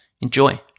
Enjoy